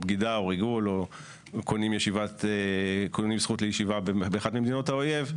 בגידה או ריגול או קונים זכות לישיבה באחת ממדינות האויב,